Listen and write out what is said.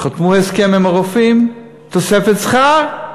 חתמו הסכם עם הרופאים על תוספת שכר,